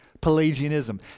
Pelagianism